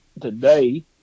today